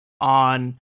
on